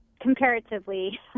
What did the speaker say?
Comparatively